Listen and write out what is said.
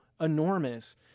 enormous